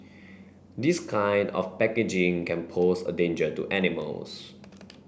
this kind of packaging can pose a danger to animals